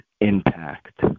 impact